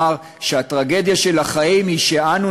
הוא אמר: הטרגדיה של החיים היא שאנו